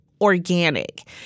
organic